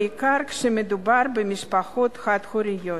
בעיקר כשמדובר במשפחות חד-הוריות.